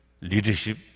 leadership